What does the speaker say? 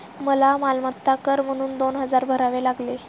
मला मालमत्ता कर म्हणून दोन हजार भरावे लागले